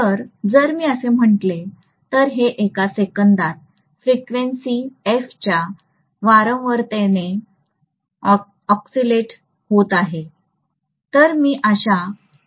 तर जर मी असे म्हटले तर हे एका सेकंदात फ्रिक्वेन्सी f च्या वारंवारतेने ओस्किलेट होते तर मी अशा f ऑक्सिलेशन ला पाहणार आहे